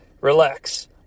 relax